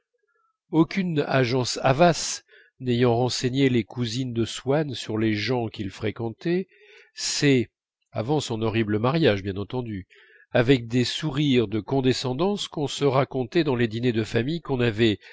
aucune agence havas n'ayant renseigné les cousines de swann sur les gens qu'il fréquentait c'est avant son horrible mariage bien entendu avec des sourires de condescendance qu'on se racontait dans les dîners de famille qu'on avait